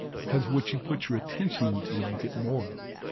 because what you put your attention into, you get more of.